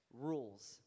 rules